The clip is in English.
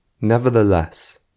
Nevertheless